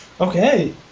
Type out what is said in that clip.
Okay